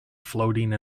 floating